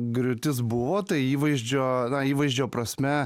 griūtis buvo tai įvaizdžio įvaizdžio prasme